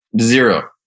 zero